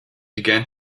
began